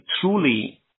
truly